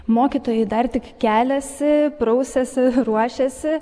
mokytojai dar tik keliasi prausiasi ruošiasi